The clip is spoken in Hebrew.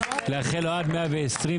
לאחל לו עד 120,